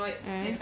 mm